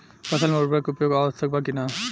फसल में उर्वरक के उपयोग आवश्यक बा कि न?